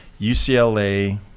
UCLA